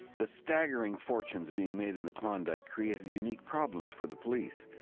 the staggering fortunes being made in the klondike created unique problems for the police.